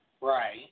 Right